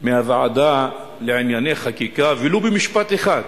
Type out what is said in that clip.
מהוועדה לענייני חקיקה, ולו במשפט אחד,